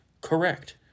correct